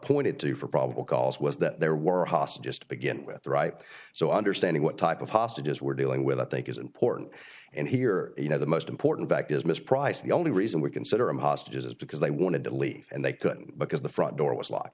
pointed to for probable cause was that there were hostages to begin with right so understanding what type of hostages we're dealing with i think is important and here you know the most important fact is miss pryse the only reason we consider him hostages is because they wanted to leave and they couldn't because the front door was locked